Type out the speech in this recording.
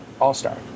all-star